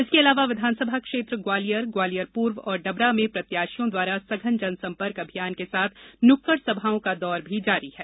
इसके अलावा विधानसभा क्षेत्र ग्वालियर ग्वालियर पूर्व और डबरा में प्रत्याशियों द्वारा सधन जनसंपर्क अभियान के साथ नुक्कड़ सभाओं का दौर भी जारी है